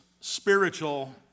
spiritual